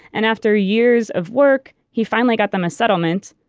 and after years of work he finally got them a settlement,